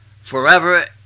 Forever